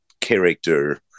character